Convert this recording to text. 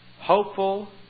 hopeful